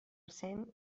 cent